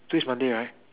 today's monday right